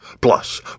Plus